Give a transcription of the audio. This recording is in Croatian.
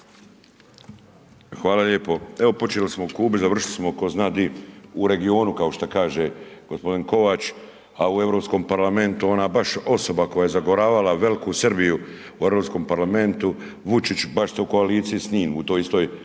Hvala lijepo. Počeli smo o Kubi, završili smo ko zna di, u regionu, kao što kaže gospodin Kovač, a u Europskom parlamentu, ona baš osoba koja zagovarala veliku Srbiju u Europskom parlamentu, Vučić, baš ste u koaliciji s njim u toj istoj